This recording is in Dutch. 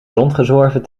rondgezworven